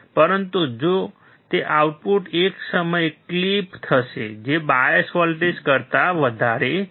પરંતુ તે આઉટપુટ એક સમયે ક્લિપ થશે જે બાયસ વોલ્ટેજ કરતા વધારે છે